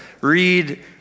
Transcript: read